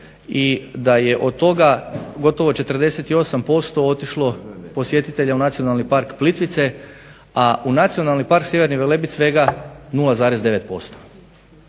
i da je od toga gotovo 48% otišlo posjetitelja u Nacionalni park Plitvice, a u Nacionalni park Sjeverni Velebit svega 0,9%.